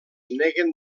neguen